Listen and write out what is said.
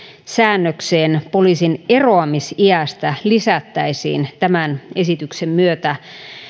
säännökseen poliisin eroamisiästä lisättäisiin tämän esityksen myötä